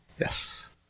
Yes